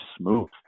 smooth